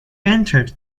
entered